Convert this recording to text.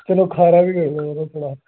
चलो खारा बी करी ओड़ेओ थोह्ड़ा